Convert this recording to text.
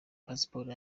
pasiporo